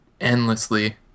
endlessly